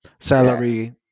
salary